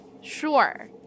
Sure